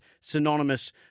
synonymous